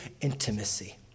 intimacy